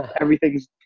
everything's